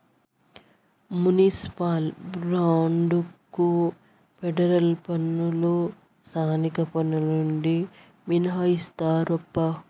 municipal బాండ్లకు federal పన్నులు స్థానిక పన్నులు నుండి మినహాయిస్తారప్పా